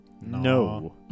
No